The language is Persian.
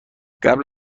قبل